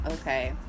okay